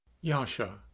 Yasha